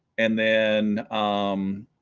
and then um